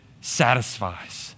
satisfies